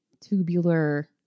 Tubular